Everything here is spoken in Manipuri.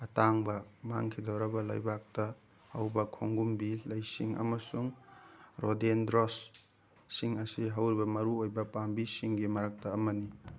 ꯑꯇꯥꯡꯕ ꯃꯥꯡꯈꯤꯗꯣꯔꯕ ꯂꯩꯕꯥꯛꯇ ꯍꯧꯕ ꯈꯣꯡꯒꯨꯝꯕꯤ ꯂꯩꯁꯤꯡ ꯑꯃꯁꯨꯡ ꯔꯣꯗꯦꯟꯗ꯭ꯔꯣꯁ ꯁꯤꯡ ꯑꯁꯤ ꯍꯧꯔꯤꯕ ꯃꯔꯨꯑꯣꯏꯕ ꯄꯥꯝꯕꯤꯁꯤꯡꯒꯤ ꯃꯔꯛꯇ ꯑꯃꯅꯤ